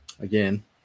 Again